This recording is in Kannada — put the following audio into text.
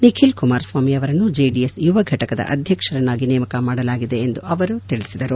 ನಿಖಿಲ್ ಕುಮಾರಸ್ವಾಮಿ ಅವರನ್ನು ಜೆಡಿಎಸ್ ಯುವ ಫಟಕದ ಅಧ್ಯಕ್ಷರನ್ನಾಗಿ ನೇಮಕ ಮಾಡಲಾಗಿದೆ ಎಂದು ಅವರು ತಿಳಿಸಿದರು